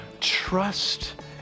Trust